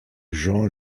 jean